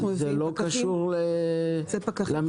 זה לא קשור למתנדבים?